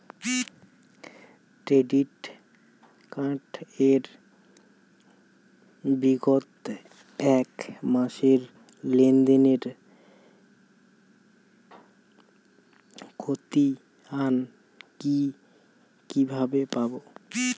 Credit card এর বিগত এক মাসের লেনদেন এর ক্ষতিয়ান কি কিভাবে পাব?